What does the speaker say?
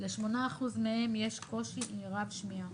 ל-8% מהם יש קושי רב בשמיעה,